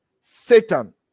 Satan